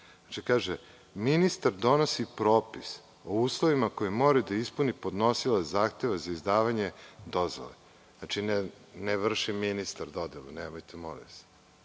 kaže – ministar donosi propis o uslovima koje mora da ispuni podnosilac zahteva za izdavanje dozvole. Znači, ne vrši ministar dodelu, nemojte, molim vas.